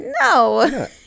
No